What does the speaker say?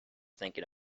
thinking